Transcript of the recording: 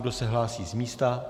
Kdo se hlásí z místa?